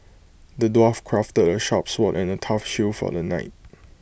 the dwarf crafted A sharp sword and A tough shield for the knight